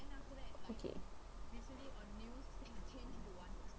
okay